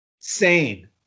sane